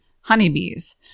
honeybees